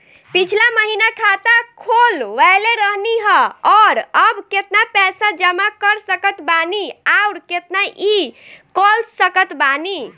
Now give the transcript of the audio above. पिछला महीना खाता खोलवैले रहनी ह और अब केतना पैसा जमा कर सकत बानी आउर केतना इ कॉलसकत बानी?